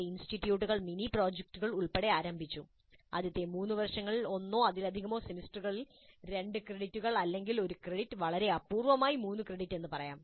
ചില ഇൻസ്റ്റിറ്റ്യൂട്ടുകൾ മിനി പ്രോജക്റ്റുകൾ ഉൾപ്പെടെ ആരംഭിച്ചു ആദ്യത്തെ 3 വർഷങ്ങളിൽ ഒന്നോ അതിലധികമോ സെമസ്റ്ററുകളിൽ രണ്ട് ക്രെഡിറ്റുകൾ അല്ലെങ്കിൽ ഒരു ക്രെഡിറ്റ് വളരെ അപൂർവ്വമായി മൂന്ന് ക്രെഡിറ്റുകൾ എന്ന് പറയാം